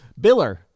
biller